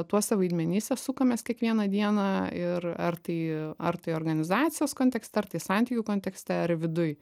tuose vaidmenyse sukamės kiekvieną dieną ir ar tai ar tai organizacijos kontekste ar tai santykių kontekste ar viduj